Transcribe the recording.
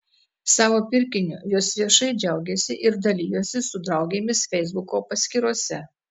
savo pirkiniu jos viešai džiaugėsi ir dalijosi su draugėmis feisbuko paskyrose